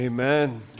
Amen